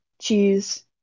cheese